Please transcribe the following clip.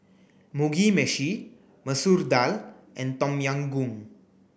Mugi Meshi Masoor Dal and Tom Yam Goong